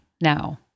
now